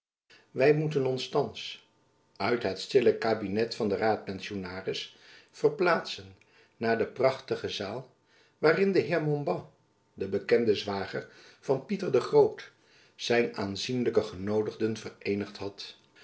wy moeten ons thands uit het stille kabinet van den raadpensionaris verplaatsen naar de prachtige zaal waarin de heer van montbas de bekende zwager van pieter de groot zijn aanzienlijke genoodigden vereenigd had